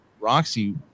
Roxy